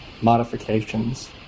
modifications